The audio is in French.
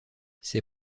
ses